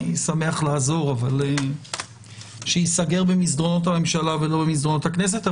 אני שמח לעזור אבל שייסגר במסדרונות הממשלה ולא במסדרונות הכנסת.